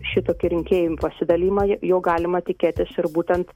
šitokį rinkėjų pasidalijimą jo galima tikėtis ir būtent